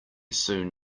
soon